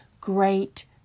great